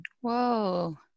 Whoa